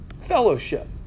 Fellowship